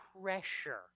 pressure